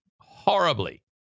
horribly